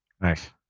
Nice